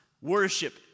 worship